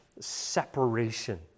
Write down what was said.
separation